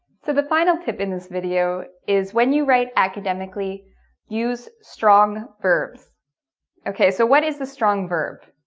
so the final tip in this video is when you write academically use strong verbs ok so what is the strong verb